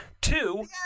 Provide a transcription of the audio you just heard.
Two